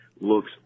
looks